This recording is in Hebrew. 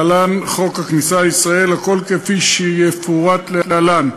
להלן: חוק הכניסה לישראל, הכול כפי שיפורט להלן: